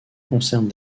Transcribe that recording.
concerne